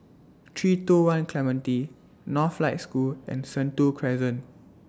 three two one Clementi Northlight School and Sentul Crescent